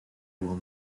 will